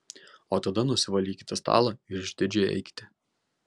o tada nusivalykite stalą ir išdidžiai eikite